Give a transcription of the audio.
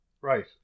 Right